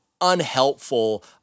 unhelpful